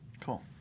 Cool